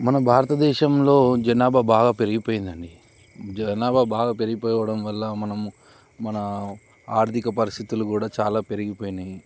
మన భారతదేశంలో జనాభా బాగా పెరిగిపోయిందండి జనాభా బాగా పెరిగిపోవడం వల్ల మనం మన ఆర్థిక పరిస్థితులు కూడా చాలా పెరిగిపోయినాయి